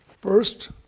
First